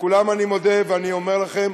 לכולם אני מודה, ואני אומר לכם